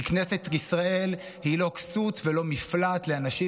כי כנסת ישראל היא לא כסות ולא מפלט לאנשים